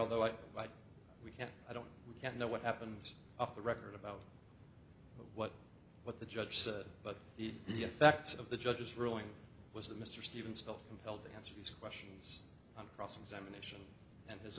although i like we can't i don't know what happens off the record about what what the judge said but the facts of the judge's ruling was that mr stevens felt compelled to answer questions on cross examination and his